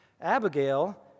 Abigail